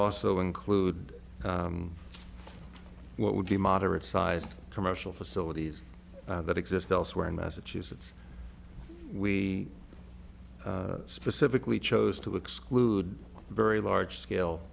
also include what would be moderate sized commercial facilities that exist elsewhere in massachusetts we specifically chose to exclude very large scale